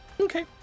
Okay